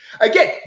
Again